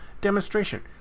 demonstration